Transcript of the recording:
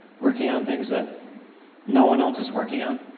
working on things that no one else is working on,